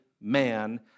man